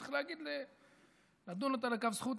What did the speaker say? צריך לדון אותה לכף זכות,